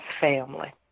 family